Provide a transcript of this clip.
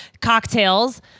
Cocktails